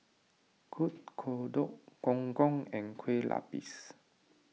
Kuih Kodok Gong Gong and Kue Lupis